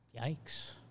Yikes